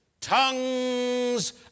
Tongues